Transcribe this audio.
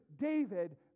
David